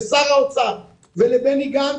לשר האוצר ולבני גנץ,